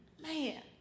man